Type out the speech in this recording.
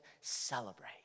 celebrate